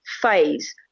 phase